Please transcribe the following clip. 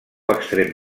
extrem